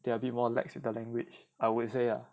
they are a bit more lax with the language I would say lah